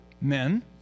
men